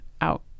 out